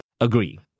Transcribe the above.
Agree